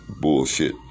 bullshit